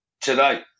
today